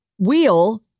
Wheel